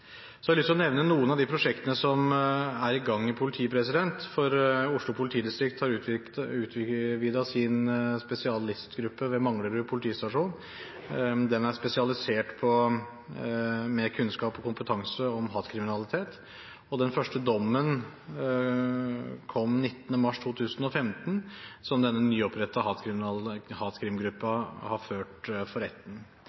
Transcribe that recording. Så har jeg lyst til å nevne noen av de prosjektene som er i gang i politiet. Oslo politidistrikt har utvidet sin spesialistgruppe ved Manglerud politistasjon. Den er spesialisert innen kunnskap om og kompetanse på hatkriminalitet. Den første dommen kom 19. mars 2015, etter en sak som denne nyopprettede hatkrimgruppen hadde ført for retten.